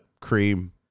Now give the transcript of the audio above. cream